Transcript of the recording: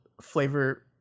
flavor